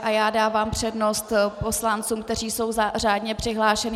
A já dávám přednost poslancům, kteří jsou řádně přihlášení.